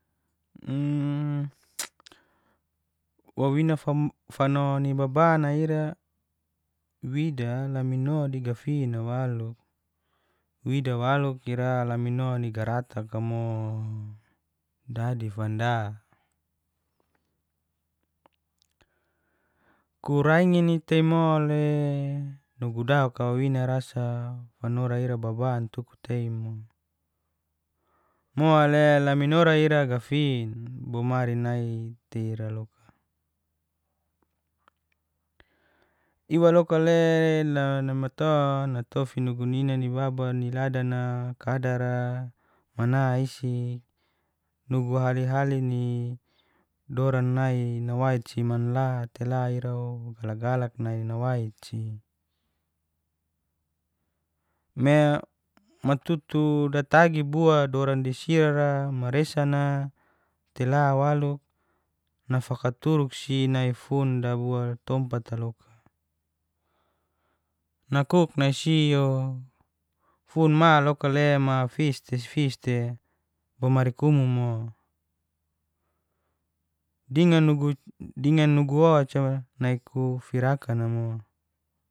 wawina fano ni babana ira wida laminodi gafinina waluk, wida waluk ira kaminoni garakata mo dadi fanda. mole nugu dauka wawinara sa fanora ira baban tuku tei mo, mole laminor ira gafin, bomari nai tei ira loka, iwa loka le namaton natofi nugu nina ni baba ni ladana, kadara, mana isik, nugu hali-hali ni doran nai nawait si manlate te la irao galak-galak nai nawatsi. Me tutu datagi bua doran sirar, maresana te la waluk nafakaturuk si nai fun dabua tompat loka, nakuk nai sio, fun ma loka le ma fis te fis te bomari kumu mo, dingan nugu oca nai kufirakana mo.